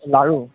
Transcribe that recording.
লাৰু